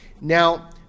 Now